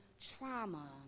trauma